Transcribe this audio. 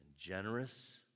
generous